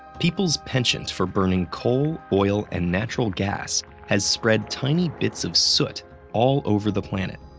people's penchant for burning coal, oil, and natural gas has spread tiny bits of soot all over the planet.